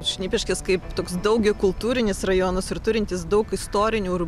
šnipiškės kaip toks daugiakultūrinis rajonas ir turintys daug istorinių